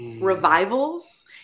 revivals